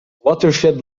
watershed